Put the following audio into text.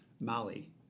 Mali